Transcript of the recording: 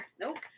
Nope